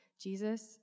Jesus